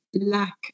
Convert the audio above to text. lack